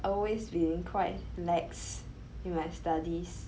always been quite lax with my studies